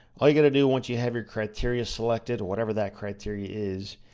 all you gotta do once you have your criteria selected, whatever that criteria is,